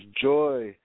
joy